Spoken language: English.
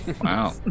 Wow